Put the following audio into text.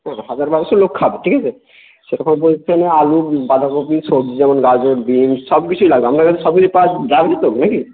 হ্যাঁ হাজার বারোশো লোক খাবে ঠিক আছে সেরকম বলতে আলু বাঁধাকপি সবজি যেমন গাজর বিনস সব কিছুই লাগবে আপনার কাছে সব কিছুই পাওয়া যাবে তো না কি